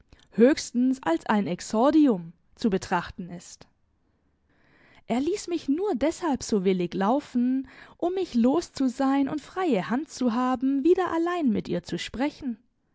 höchstens als ein exordium zu betrachten ist er ließ mich nur deshalb so willig laufen um mich los zu sein und freie hand zu haben wieder allein mit ihr zu sprechen